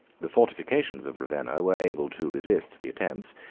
the fortifications of ravenna were able to resist the attempts,